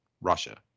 Russia